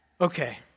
Okay